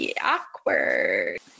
awkward